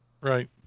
Right